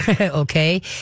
okay